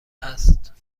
است